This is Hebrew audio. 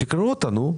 תקראו את החלטת הממשלה.